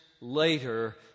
later